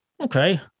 Okay